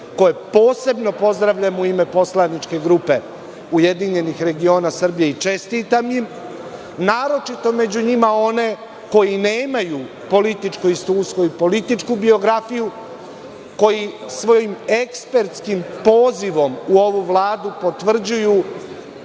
koje posebno pozdravljam u ime poslovničke grupe URS i čestitam im, naročito onima koji nemaju političko iskustvo i političku biografiju, koji svojim ekspertskim pozivom u ovu Vladu potvrđuju